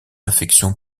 infection